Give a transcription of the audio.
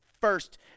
first